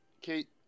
Kate